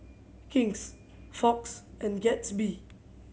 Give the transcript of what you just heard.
King's Fox and Gatsby